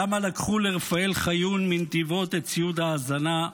למה לקחו לרפאל חיון מנתיבות את ציוד האזנה?